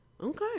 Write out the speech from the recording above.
Okay